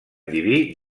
diví